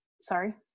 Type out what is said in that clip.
Sorry